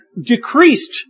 decreased